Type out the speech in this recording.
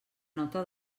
nota